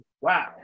Wow